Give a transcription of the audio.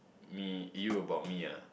me you about me ah